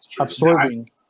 absorbing